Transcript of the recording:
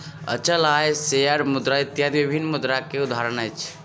अचल आय, शेयर मुद्रा इत्यादि विभिन्न मुद्रा के उदाहरण अछि